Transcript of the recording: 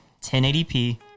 1080P